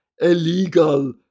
illegal